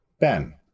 Ben